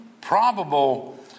probable